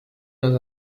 dans